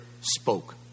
spoke